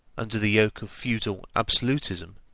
under the yoke of feudal absolutism,